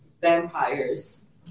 vampires